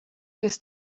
kes